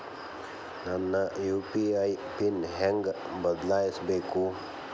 ನನ್ನ UPI PIN ಹೆಂಗ್ ಬದ್ಲಾಯಿಸ್ಬೇಕು?